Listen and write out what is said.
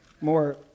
more